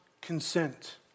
consent